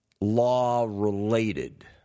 law-related